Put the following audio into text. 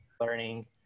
learning